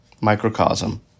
microcosm